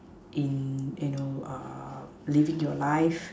in in you know uh living your life